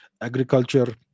Agriculture